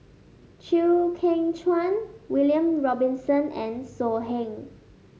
Chew Kheng Chuan William Robinson and So Heng